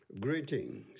Greetings